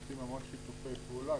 עושים המון שיתופי פעולה,